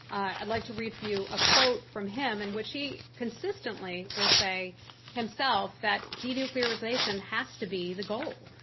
i'd like to read for you a quote from him in which he consistently will say himself that denuclearization has to be the goal.